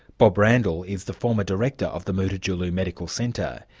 bob randall is the former director of the mutijulu medical centre.